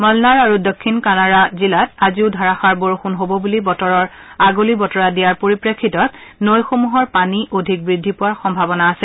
মলনাড আৰু দক্ষিণা কানাড়া জিলাত আজিও ধাৰাযাৰ বৰষুণ হ'ব বুলি বতৰৰ আগলি বতৰা দিয়াৰ পৰিপ্ৰেক্ষিতত নৈ সমূহৰ পানী অধিক বৃদ্ধি পোৱাৰ সম্ভাবনা আছে